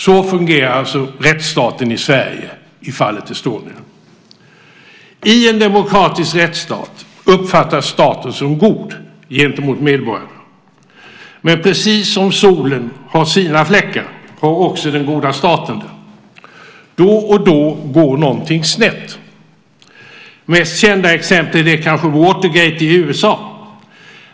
Så fungerar alltså rättsstaten i Sverige i fallet Estonia. I en demokratisk rättsstat uppfattas staten som god gentemot medborgarna. Men precis som solen har sina fläckar, har också den goda staten det. Då och då går någonting snett. Det mest kända exemplet är kanske Watergate i USA.